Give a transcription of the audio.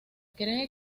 cree